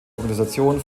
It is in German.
organisation